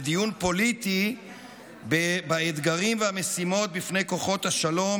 לדיון פוליטי באתגרים והמשימות בפני כוחות השלום,